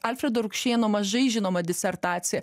alfredo rukšėno mažai žinomą disertaciją